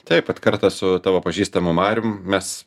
taip vat kartą su tavo pažįstamu marium mes